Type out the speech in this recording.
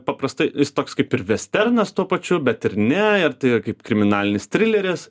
paprastai jis toks kaip ir vesternas tuo pačiu bet ir ne ir tai yra kaip kriminalinis trileris